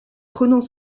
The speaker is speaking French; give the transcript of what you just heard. prenant